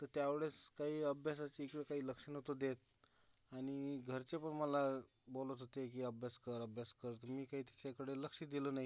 तं त्यावेळेस काही अभ्यासाची किंवा काही लक्ष नव्हतो देत आणि घरचे पण मला बोलत होते की अभ्यास कर अभ्यास कर पण मी काही त्याच्याकडे लक्ष दिलं नाही